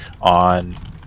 on